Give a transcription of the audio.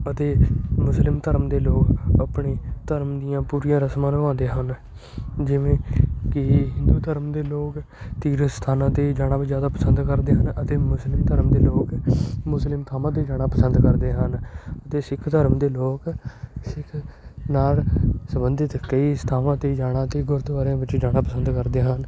ਅਤੇ ਮੁਸਲਿਮ ਧਰਮ ਦੇ ਲੋਕ ਆਪਣੇ ਧਰਮ ਦੀਆਂ ਪੂਰੀਆਂ ਰਸਮਾਂ ਨਿਭਾਉਂਦੇ ਹਨ ਜਿਵੇਂ ਕਿ ਹਿੰਦੂ ਧਰਮ ਦੇ ਲੋਕ ਤੀਰਥ ਸਥਾਨਾਂ 'ਤੇ ਜਾਣਾ ਜ਼ਿਆਦਾ ਪਸੰਦ ਕਰਦੇ ਹਨ ਅਤੇ ਮੁਸਲਿਮ ਧਰਮ ਦੇ ਲੋਕ ਮੁਸਲਿਮ ਥਾਵਾਂ 'ਤੇ ਜਾਣਾ ਪਸੰਦ ਕਰਦੇ ਹਨ ਅਤੇ ਸਿੱਖ ਧਰਮ ਦੇ ਲੋਕ ਸਿੱਖ ਨਾਲ ਸੰਬੰਧਿਤ ਕਈ ਸਥਾਵਾਂ 'ਤੇ ਜਾਣਾ ਅਤੇ ਗੁਰਦੁਆਰਿਆਂ ਵਿੱਚ ਜਾਣਾ ਪਸੰਦ ਕਰਦੇ ਹਨ